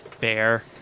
bear